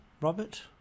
Robert